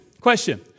question